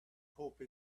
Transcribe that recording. hope